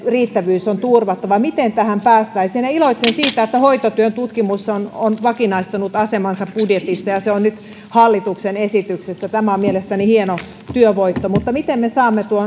riittävyys turvattava miten tähän päästäisiin iloitsen siitä että hoitotyön tutkimus on on vakinaistanut asemansa budjetissa ja se on nyt hallituksen esityksessä tämä on mielestäni hieno työvoitto mutta miten me saamme